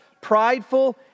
prideful